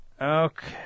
Okay